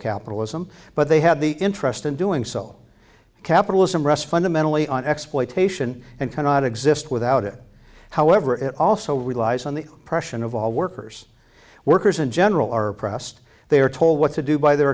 capitalism but they had the interest in doing so capitalism rest fundamentally on exploitation and cannot exist without it however it also relies on the oppression of all workers workers in general are oppressed they are told what to do by their